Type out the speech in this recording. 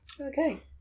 Okay